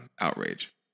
outrage